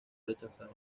rechazado